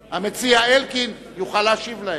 המציע, זאב אלקין, יוכל להשיב להם.